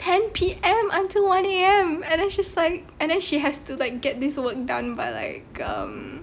ten P_M until one A_M and then she's like and then she has to like get this work done by like um